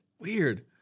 Weird